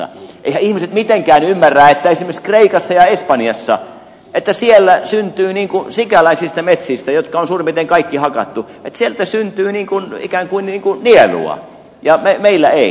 eiväthän ihmiset mitenkään ymmärrä että esimerkiksi kreikassa ja espanjassa syntyy sikäläisistä metsistä jotka on suurin piirtein kaikki hakattu ikään kuin nielua ja meillä ei